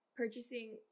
purchasing